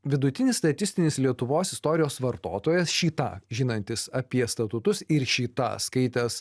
vidutinis statistinis lietuvos istorijos vartotojas šį tą žinantis apie statutus ir šį tą skaitęs